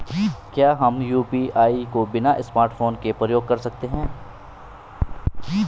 क्या हम यु.पी.आई को बिना स्मार्टफ़ोन के प्रयोग कर सकते हैं?